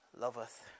loveth